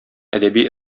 әдәби